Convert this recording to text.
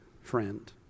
friend